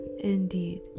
indeed